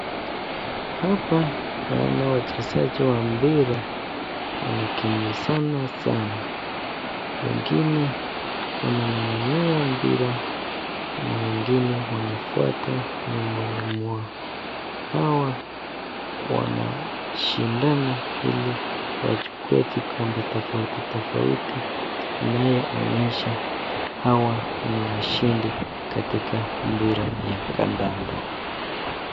Hapa naona wachezaji wa mpira wanakimbizana sana wengine wanang'ang'ania mpira ,kuna wengine wanafuata nyuma yao hawa wanashindana ili wachukue vikombe tofauti tofauti inayoonyesha hawa ni washindi katika mpira ya kandanda.